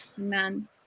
Amen